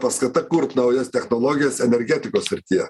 paskata kurt naujas technologijas energetikos srityje